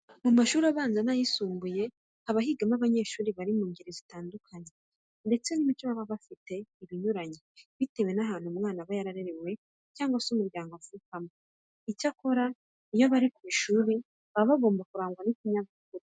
Mu mashuri abanza n'ayisumbuye haba higamo abanyeshuri bari mu ngeri zitandukanye ndetse n'imico baba bafite iba inyuranye bitewe n'ahantu umwana aba yararerewe cyangwa se umuryango avukamo. Icyakora, iyo bari ku ishuri baba bagomba kurangwa n'ikinyabupfura.